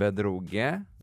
bet drauge